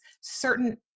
certain